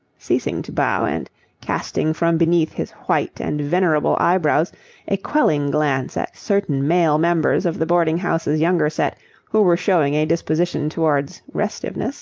ceasing to bow and casting from beneath his white and venerable eyebrows a quelling glance at certain male members of the boarding-house's younger set who were showing a disposition towards restiveness,